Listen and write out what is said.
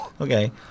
okay